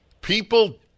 People